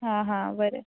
आं हां बरें